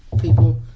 people